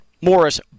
Morris